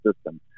system